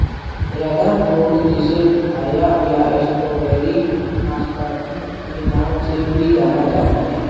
dragon fruit जिसे pitaya या strawberry नाशपाती के नाम से भी जाना जाता है